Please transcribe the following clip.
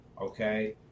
okay